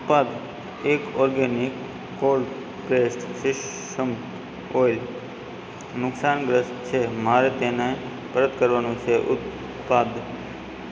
ઉત્પાદ એક organic cold pressed sesame oil નુકસાનગ્રસ્ત છે મારે તેને પરત કરવાનું છે ઉત્પાદ